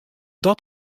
dat